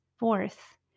Fourth